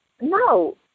no